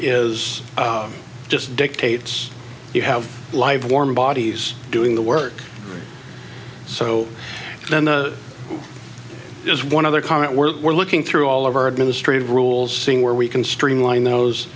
is just dictates you have live warm bodies doing the work so then as one of their current work we're looking through all of our administrative rules seeing where we can streamline those